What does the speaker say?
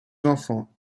enfants